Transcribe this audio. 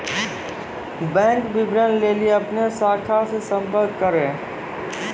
bank विबरण लेली अपनो शाखा से संपर्क करो